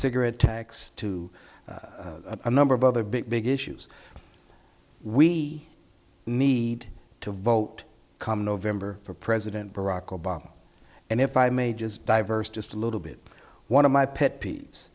cigarette tax to a number of other big big issues we need to vote come november for president barack obama and if i may just diverse just a little bit one of my pet peeves